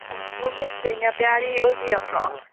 ꯑꯣ ꯁꯤꯕꯨ ꯃꯤꯁ ꯗꯩꯅꯥꯄꯌꯥꯔꯤ ꯑꯣꯏꯕꯤꯔꯕ꯭ꯔꯣ